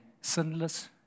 sinless